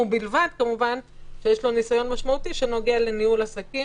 ובלבד שיש לו ניסיון משמעותי שנוגע לניהול עסקים,